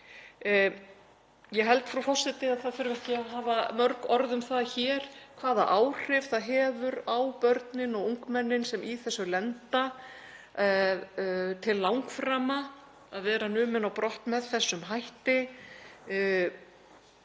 Ég held, frú forseti, að það þurfi ekki að hafa mörg orð um það hér hvaða áhrif það hefur á börnin og ungmennin sem í þessu lenda til langframa að vera numin á brott með þessum hætti.